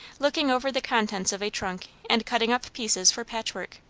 looking over the contents of a trunk, and cutting up pieces for patchwork.